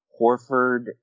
Horford